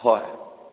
ꯍꯣꯏ